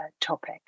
topic